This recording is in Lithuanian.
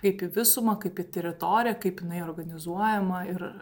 kaip į visumą kaip į teritoriją kaip jinai organizuojama ir